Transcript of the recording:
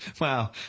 Wow